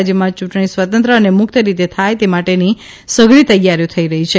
રાજયમાં યૂંટણી સ્વતંત્ર અને મુક્ત રીતે થાય તે માટેની સઘળી તૈયારીઓ થઇ છે